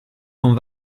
con